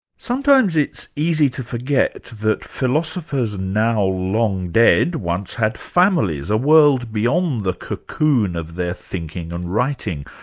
sometimes it's easy to forget that philosophers now long-dead, once had families, a world beyond the cocoon of their thinking and writing,